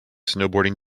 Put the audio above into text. snowboarding